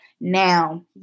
now